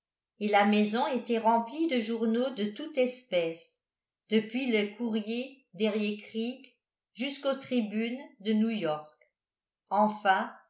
et la maison était remplie de journaux de toute espèce depuis le courrier d'eriécreek jusqu'au tribune de new-york enfin